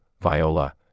viola